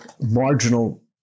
marginal